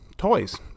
Toys